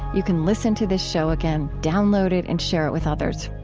you can listen to this show again, download it, and share it with others.